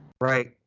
right